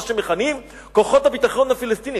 מה שמכנים "כוחות הביטחון הפלסטיניים",